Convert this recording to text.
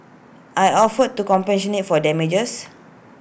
I offered to compensate for the damages